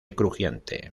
crujiente